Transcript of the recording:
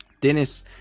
dennis